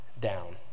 down